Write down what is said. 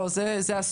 לא, זה הסוף.